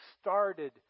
started